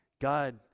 God